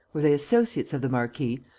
were they associates of the marquis,